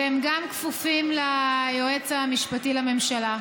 והם כפופים גם ליועץ המשפטי לממשלה.